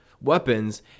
weapons